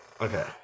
Okay